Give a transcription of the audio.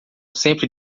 sempre